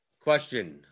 Question